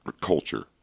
culture